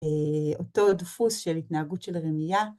‫אותו דפוס של התנהגות של רמייה.